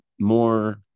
more